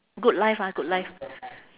good life ah good life